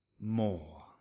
more